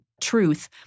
truth